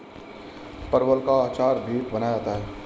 परवल का अचार भी बनाया जाता है